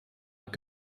habt